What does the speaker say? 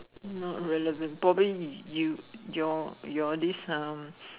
not really probably you your your this uh